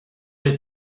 fydd